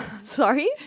Sorry